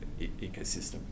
ecosystem